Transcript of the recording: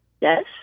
Yes